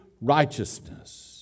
righteousness